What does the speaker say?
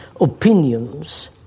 opinions